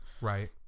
Right